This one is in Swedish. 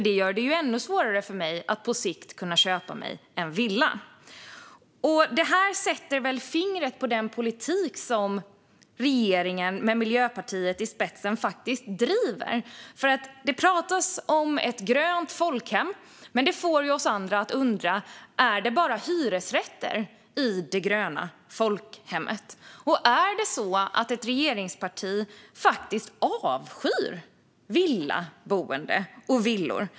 Det gör det ju ännu svårare för mig att på sikt kunna köpa mig en villa. Det här sätter väl fingret på den politik som regeringen med Miljöpartiet i spetsen faktiskt driver. Det pratas om ett grönt folkhem, men det här får oss andra att undra om det bara är hyresrätter i det gröna folkhemmet. Är det så att ett regeringsparti faktiskt avskyr villaboende och villor?